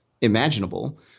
imaginable